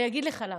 אני אגיד לך למה,